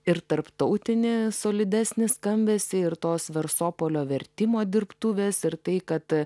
ir tarptautinį solidesnį skambesį ir tos versopolio vertimo dirbtuvės ir tai kad